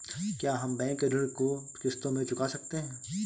क्या हम बैंक ऋण को किश्तों में चुका सकते हैं?